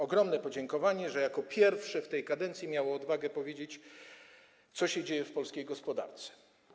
Ogromne podziękowanie, że jako pierwsze w tej kadencji miało odwagę powiedzieć, co się dzieje w polskiej gospodarce.